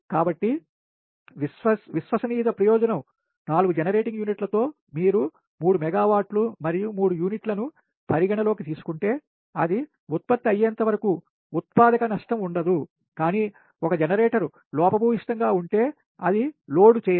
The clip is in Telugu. కాబట్టి విశ్వసనీయత ప్రయోజనం 4 జెనరేటింగ్ యూనిట్లతో మీరు 3 మెగావాట్లు మరియు 3 యూనిట్లను పరిగణనలోకి తీసుకుంటే అది ఉత్పత్తి అయ్యేంతవరకు ఉత్పాదక నష్టం ఉండదు కానీ 1 జనరేటర్ లోపభూయిష్టంగా ఉంటే అది లోడ్ చేయదు